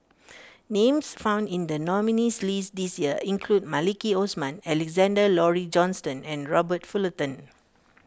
names found in the nominees' list this year include Maliki Osman Alexander Laurie Johnston and Robert Fullerton